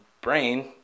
brain